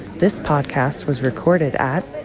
this podcast was recorded at.